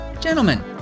Gentlemen